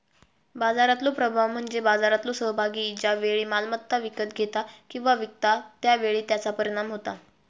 बाजारातलो प्रभाव म्हणजे बाजारातलो सहभागी ज्या वेळी मालमत्ता विकत घेता किंवा विकता त्या वेळी त्याचा परिणाम होता